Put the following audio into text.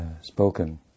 spoken